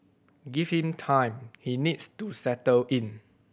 give him time he needs to settle in